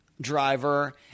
driver